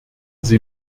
sie